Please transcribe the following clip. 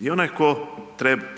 I onaj ko